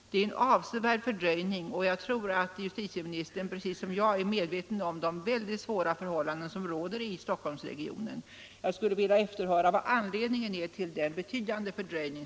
Det är ju en avsevärd fördröjning. Jag tror att justitieministern precis som jag är medveten om de svåra förhållandena i Stockholmsregionen. Vilken är anledningen till denna betydande fördröjning?